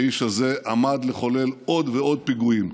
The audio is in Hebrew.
האיש הזה עמד לחולל עוד ועוד פיגועים,